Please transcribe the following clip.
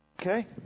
okay